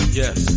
yes